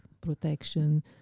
protection